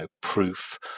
proof